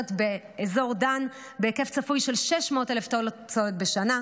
באזור דן בהיקף צפוי של 600,000 טון פסולת בשנה,